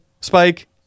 spike